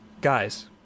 guys